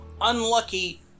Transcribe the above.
unlucky